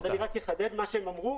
אני אחדד מה שהן אמרו.